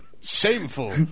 Shameful